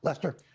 lester?